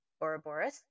Ouroboros